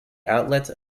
outlets